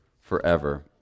forever